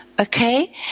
Okay